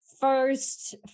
first